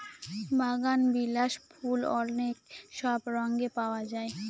বাগানবিলাস ফুল অনেক সব রঙে পাওয়া যায়